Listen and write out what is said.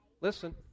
listen